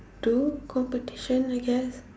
do competition I guess